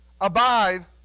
Abide